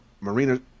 Marina